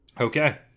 Okay